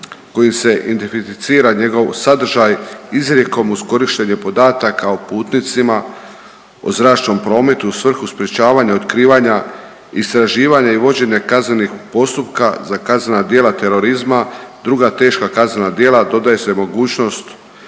kojim se identificira njegov sadržaj izrijekom uz korištenje podataka o putnicima o zračnom prometu u svrhu sprječavanja otkrivanja istraživanja i vođenja kaznenih postupka za kaznena djela terorizma, druga teška kaznena djela dodaje se mogućnost